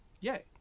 yay